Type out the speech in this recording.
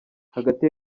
hagati